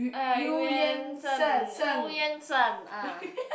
uh Eu-Yan-Sang Eu-Yan-Sang ah